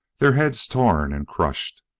their heads torn and crushed.